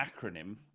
acronym